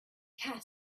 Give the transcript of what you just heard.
cat